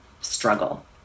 struggle